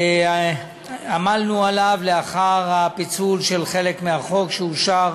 שעמלנו עליו לאחר הפיצול של חלק מהחוק שאושר